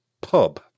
pub